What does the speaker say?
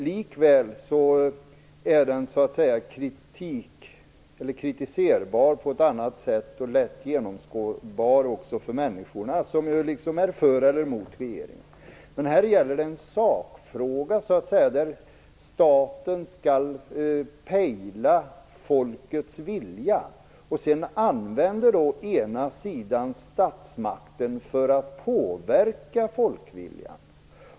Likväl är broschyren kritiserbar på ett annat sätt och också lätt genomskådlig för människor som är för eller emot regeringen. Här gäller det dock en sakfråga. Staten skall pejla folkets vilja. Men sedan använder ena sidan statsmakten för att påverka folkviljan.